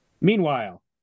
Meanwhile